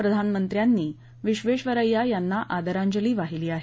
प्रधानमंत्र्यांनी विश्वेश्वरैया यांना आदरांजली वाहिली आहे